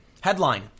Headline